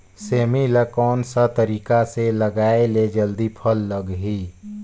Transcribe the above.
सेमी ला कोन सा तरीका से लगाय ले जल्दी फल लगही?